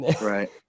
Right